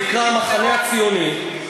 שנקרא המחנה הציוני.